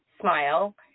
smile